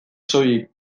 soilik